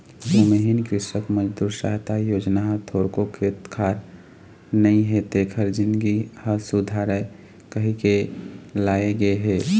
भूमिहीन कृसक मजदूर सहायता योजना ह थोरको खेत खार नइ हे तेखर जिनगी ह सुधरय कहिके लाए गे हे